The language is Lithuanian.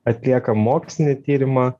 atliekam mokslinį tyrimą